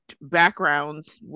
backgrounds